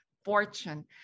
fortune